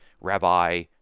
Rabbi